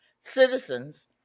Citizens